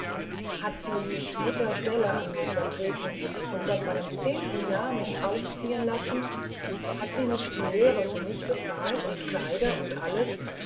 hat sie nicht mutter stelle an mir vertreten und seit meinem zehnten jahr mich aufziehen lassen hat sie nicht die lehre für mich bezahlt und kleider und alles